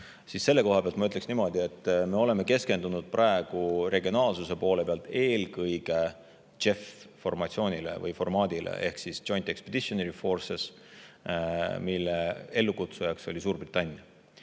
selle kohta ma ütleksin niimoodi, et me oleme keskendunud praegu regionaalsuse poole pealt eelkõige JEF-formaadile. See on Joint Expeditionary Forces, mille ellukutsujaks oli Suurbritannia.